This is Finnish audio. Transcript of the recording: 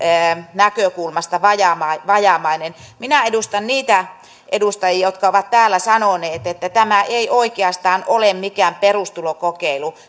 näkökulmasta vajavainen vajavainen minä edustan niitä edustajia jotka ovat täällä sanoneet että tämä ei oikeastaan ole mikään perustulokokeilu